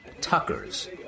Tuckers